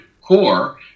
core